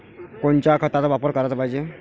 कोनच्या खताचा वापर कराच पायजे?